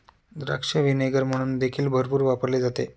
द्राक्ष व्हिनेगर म्हणून देखील भरपूर वापरले जाते